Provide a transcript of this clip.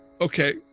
Okay